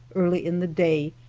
early in the day,